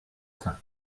cinq